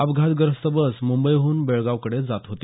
अपघात ग्रस्त बस मुंबईहून बेळगावकडे जात होती